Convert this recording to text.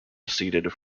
seeded